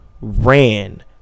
ran